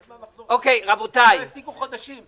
מהמחזור החודשי שלהם ושהפסידו חודשים,